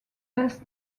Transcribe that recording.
best